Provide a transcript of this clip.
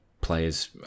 players